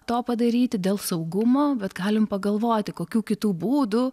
to padaryti dėl saugumo bet galim pagalvoti kokių kitų būdų